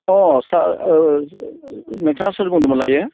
अ सार नोंथाङा सोर बुंदोंमोनलायो